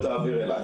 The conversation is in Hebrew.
ותעביר אליי"